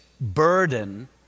burden